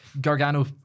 Gargano